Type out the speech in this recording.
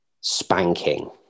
spanking